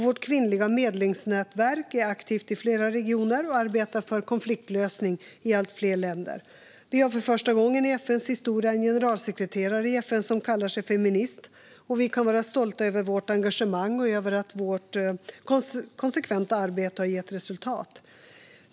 Vårt kvinnliga medlingsnätverk är aktivt i flera regioner och arbetar för konfliktlösning i allt fler länder. Vi har för första gången i FN:s historia en generalsekreterare i FN som kallar sig feminist. Vi kan vara stolta över vårt engagemang och över att vårt konsekventa arbete gett resultat.